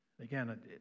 Again